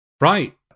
right